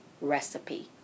recipe